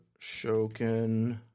Shokin